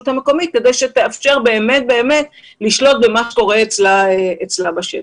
המקומית כדי שתאפשר באמת לשלוט במה שקורה על מה שקורה בשטחה.